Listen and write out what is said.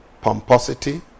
pomposity